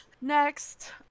Next